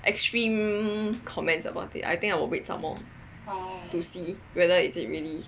extreme comments about it I think I will wait some more to see whether is it really